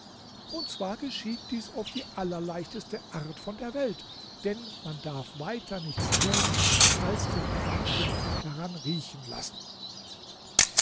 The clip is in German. und zwar geschieht dies auf die allerleichteste art von der welt denn man darf weiter nichts tun als den kranken daran riechen lassen